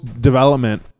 development